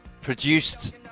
produced